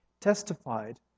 testified